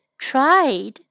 tried